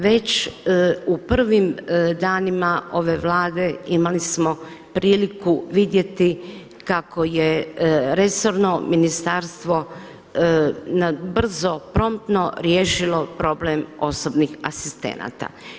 Već u prvim danima ove Vlade imali smo priliku vidjeti kako je resorno ministarstvo brzo, promptno riješilo problem osobnih asistenata.